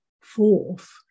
Fourth